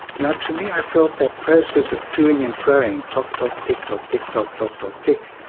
now to me, i felt that process of to-ing and fro-ing, tock-tock, tick-tock, tick-tock, tock-tock-tic,